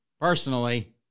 personally